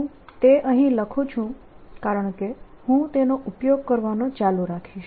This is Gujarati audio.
હું તે અહીં લખું છું કારણકે હું તેનો ઉપયોગ કરવાનો ચાલુ રાખીશ